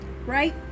right